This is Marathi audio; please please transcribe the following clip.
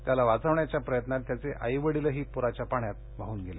त्याला वाचवण्याच्या प्रयत्नात त्याचे आई वडीलही प्राच्या पाण्यात वाहन गेले